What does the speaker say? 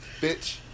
bitch